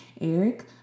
Eric